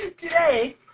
Today